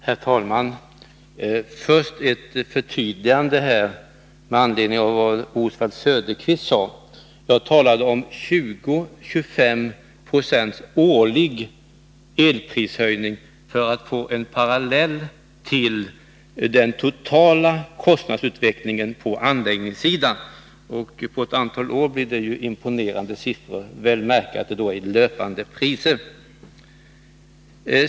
Herr talman! Jag vill först göra ett förtydligande med anledning av vad Oswald Söderqvist sade. Jag talade om 20-25 Yo årlig elprishöjning för att få en parallell till den totala kostnadsutvecklingen på anläggningssidan. På ett antal år blir det imponerande siffror. Det är då, väl att märka, löpande priser.